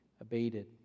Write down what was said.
abated